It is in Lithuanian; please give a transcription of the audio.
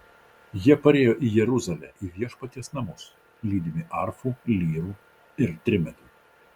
jie parėjo į jeruzalę į viešpaties namus lydimi arfų lyrų ir trimitų